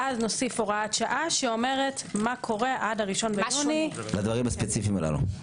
ואז נוסיף הוראת שעה שאומרת מה קורה עד 1.6 לדברים הספציפיים הללו.